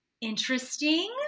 interesting